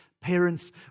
parents